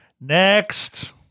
Next